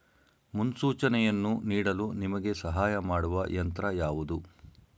ಮುನ್ಸೂಚನೆಯನ್ನು ನೀಡಲು ನಿಮಗೆ ಸಹಾಯ ಮಾಡುವ ಯಂತ್ರ ಯಾವುದು?